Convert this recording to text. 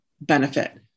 benefit